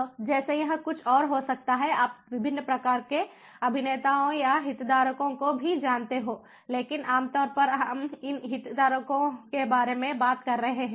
तो जैसे यह कुछ और हो सकता है आप विभिन्न प्रकार के अभिनेताओं या हितधारकों को भी जानते हों लेकिन आमतौर पर हम इन हितधारकों के बारे में बात कर रहे हैं